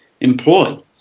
employ